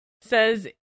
says